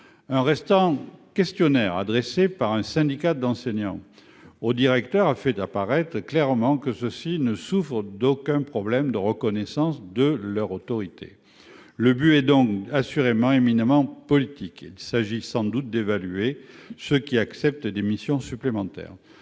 Un récent questionnaire adressé aux directeurs par un syndicat d'enseignants a fait apparaître clairement que ceux-ci ne souffrent d'aucun problème de reconnaissance de leur autorité. L'objectif est donc éminemment politique : il s'agit sans doute d'évaluer ceux qui acceptent des missions supplémentaires.